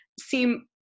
seem